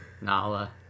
Nala